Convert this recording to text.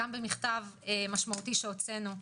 גם במכתב משמעותי שהוצאנו,